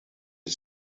and